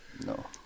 no